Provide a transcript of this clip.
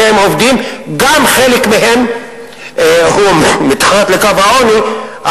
גם חלק מהן מתחת לקו העוני,